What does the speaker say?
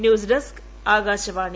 news desk Akashvani